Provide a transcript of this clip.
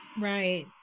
Right